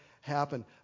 happen